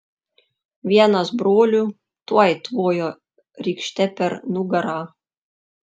vienas brolių tuoj tvojo rykšte per nugarą